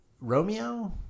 Romeo